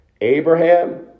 Abraham